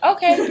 Okay